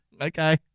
Okay